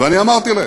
ואני אמרתי להם: